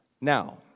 Now